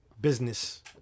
business